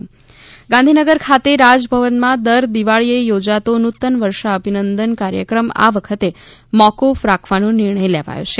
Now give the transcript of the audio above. રાજ ભવન સમારંભ મોકુફ ગાંધીનગર ખાતે રાજ ભવનમાં દર દિવાળીએ યોજતો નુતન વર્ષાભિનંદન કાર્યક્રમ આ વખતે મોકૂફ રાખવાનો નિર્ણય લેવાયો છે